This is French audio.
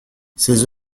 ses